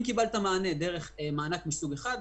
אם קיבלת מענה דרך מענק מסוג אחד,